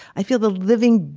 i feel the living,